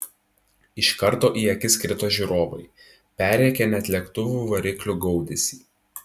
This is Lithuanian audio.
iš karto į akis krito žiūrovai perrėkę net lėktuvų variklių gaudesį